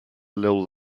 little